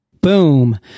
Boom